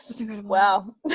Wow